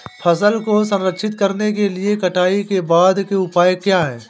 फसल को संरक्षित करने के लिए कटाई के बाद के उपाय क्या हैं?